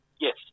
Yes